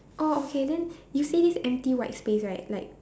oh okay then you see this empty white space right like